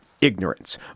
ignorance